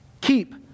Keep